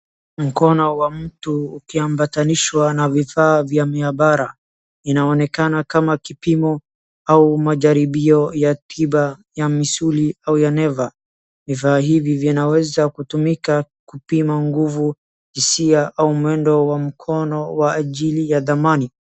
Mkono wa mtu ukiambatanishwa na vifaa vya miabara. Inaonekana kama kipimo au majaribio ya tiba ya misuli au ya neva. Vifaa hizi vinaweza kutumika kupima nguvu, hisia au mwendo wa mkono wa ajili ya dhamani.